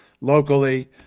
locally